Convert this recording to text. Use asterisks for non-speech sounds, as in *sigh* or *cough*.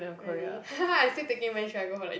really *laughs* I still thinking when should I go for like